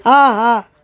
ஆஹா